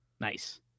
nice